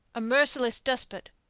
a merciless despot,